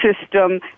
system